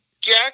jack